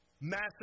Massive